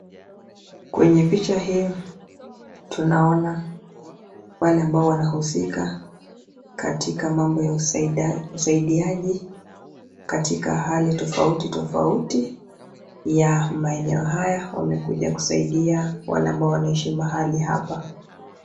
Kwenye picha hii tunaona wale ambao wanahusika katika mambo ya usaidiaji katika hali tofautitofauti ya maeneo haya. Wamekuja kusaidia wale ambao wanaishi mahali hapa.